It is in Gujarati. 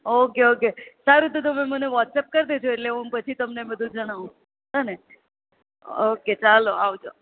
ઓકે ઓકે સારું તો તમે મને વ્હોટ્સએપ કરી દેજો એટલે હું તમને પછી બધું જાણવું હોંને ઓકે ચાલો આવજો